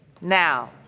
Now